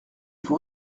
vous